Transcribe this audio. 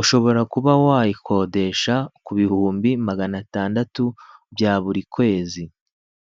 ushobora kuba wayikodesha ku bihumbi magana atandatu bya buri kwezi.